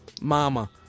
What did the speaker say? mama